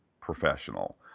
professional